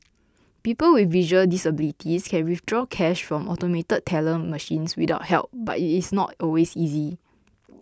people with visual disabilities can withdraw cash from automated teller machines without help but it is not always easy